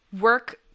work